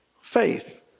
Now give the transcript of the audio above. faith